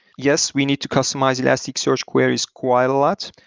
yes, we need to customize elasticsearch queries quite a lot,